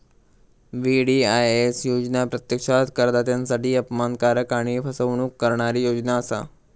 VDIS योजना प्रत्यक्षात करदात्यांसाठी अपमानकारक आणि फसवणूक करणारी योजना असा